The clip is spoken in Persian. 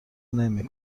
نمی